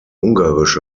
ungarische